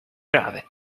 grave